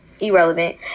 irrelevant